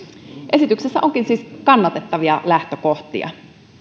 esityksessä onkin siis kannatettavia lähtökohtia